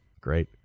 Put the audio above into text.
great